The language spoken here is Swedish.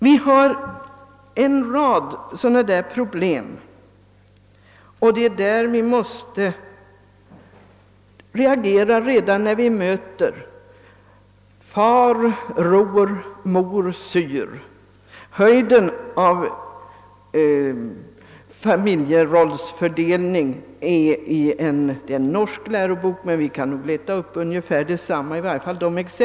Vi har en rad sådana problem, och det är därför vi måste reagera redan när vi möter »far ror, mor syr». Ett exempel på höjden av familjerollsfördelning finner man i en norsk lärobok, men vi kan nog leta upp ungefär detsamma i någon svensk lärobok.